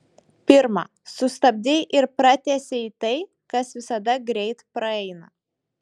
pirma sustabdei ir pratęsei tai kas visada greit praeina